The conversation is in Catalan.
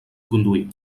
conduir